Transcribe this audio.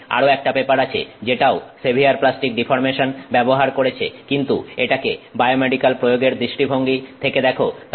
এখানে আরো একটা পেপার আছে যেটাও সেভিয়ার প্লাস্টিক ডিফর্মেশন ব্যবহার করেছে কিন্তু এটাকে বায়োমেডিক্যাল প্রয়োগের দৃষ্টিভঙ্গি থেকে দেখ